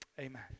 Amen